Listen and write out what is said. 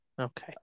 Okay